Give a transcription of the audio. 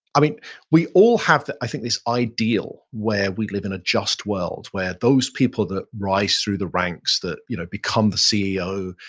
i mean we all have i think this ideal where we live in a just world where those people that rise through the ranks that you know become the ceo,